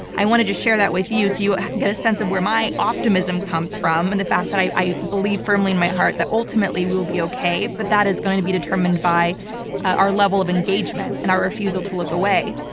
i wanted to share that with you so you get a sense of where my optimism comes from and the fact that i i believe firmly in my heart that ultimately we will be okay. but that is going to be determined by our level of engagement and our refusal to look away.